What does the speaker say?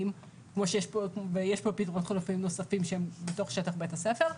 כמו הפתרונות החלופיים הנוספים שיש כאן שהם בתוך שטח בית הספר.